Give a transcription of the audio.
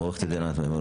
עורכת הדין ענת מימון,